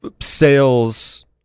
sales